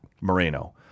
Moreno